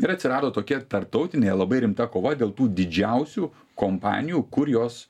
ir atsirado tokia tarptautinė labai rimta kova dėl tų didžiausių kompanijų kur jos